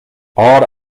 odd